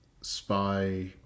Spy